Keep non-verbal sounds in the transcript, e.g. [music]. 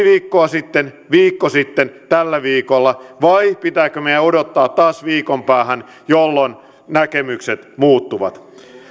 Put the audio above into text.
[unintelligible] viikkoa sitten viikko sitten tällä viikolla vai pitääkö meidän odottaa taas viikon päähän jolloin näkemykset muuttuvat